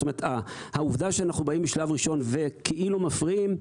זאת אומרת שהעובדה שאנחנו באים בשלב ראשון וכאילו מפריעים,